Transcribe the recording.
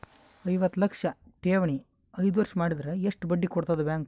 ಐವತ್ತು ಲಕ್ಷ ಠೇವಣಿ ಐದು ವರ್ಷ ಮಾಡಿದರ ಎಷ್ಟ ಬಡ್ಡಿ ಕೊಡತದ ಬ್ಯಾಂಕ್?